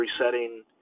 resetting